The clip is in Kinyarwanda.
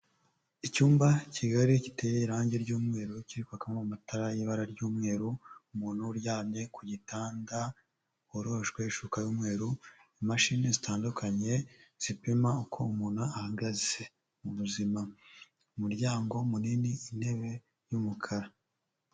Icyumba Kigali giteye irangi ry'umweru cyiri kwakamo amatara y'ibara ry'umweru, umuntu uryamye ku gitanda woroshwe ishuka y'umweru. Imashini zitandukanye zipima uko umuntu ahagaze mu muzima, umuryango munini intebe y'umukara.